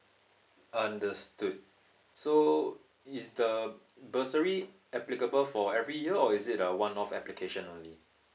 understood so is the uh bursary applicable for every year or is it err one off application only